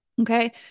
Okay